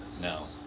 No